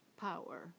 power